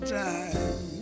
time